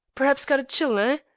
perhaps got a chill, ah?